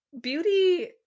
beauty